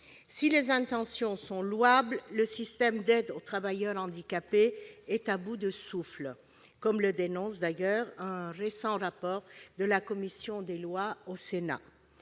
Si les intentions sont louables, le système d'aide aux travailleurs handicapés est à bout de souffle, comme le dénonce d'ailleurs un récent rapport de la commission des lois du Sénat.